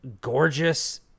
gorgeous